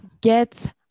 Get